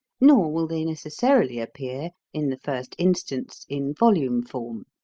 nor will they necessarily appear in the first instance in volume form.